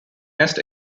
nest